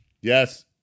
Yes